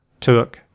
took